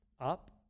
up